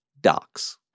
docs